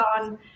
on